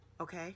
okay